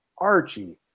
Archie